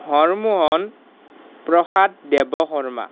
Harmohan Prasad Devsharma